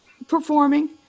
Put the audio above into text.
performing